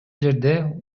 жерде